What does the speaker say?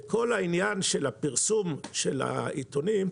כל העניין של הפרסום של העיתונים,